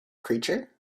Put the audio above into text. creature